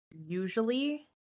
Usually